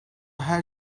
her